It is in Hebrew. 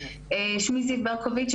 שמי זיו ברקוביץ,